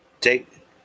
take